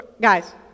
guys